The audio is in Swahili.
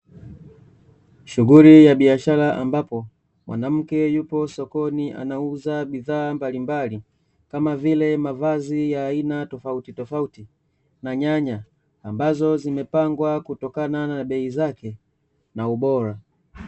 Shughuli ya biashara ambapo mwanamke yupo sokoni anauza bidhaa mbalimbali, kama vile mavazi ya aina tofauti tofauti na nyanya ambazo zimepangwa kutokana na bei zake na ubora.